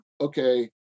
okay